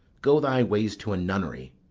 go thy ways to a nunnery.